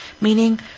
meaning